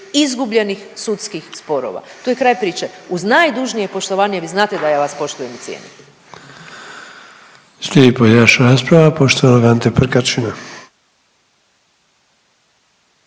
izgubljenih sudskih sporova tu je kraj priče. Uz najdužnije poštovanje vi znate da ja vas poštujem i cijenim.